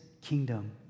kingdom